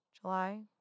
July